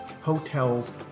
hotels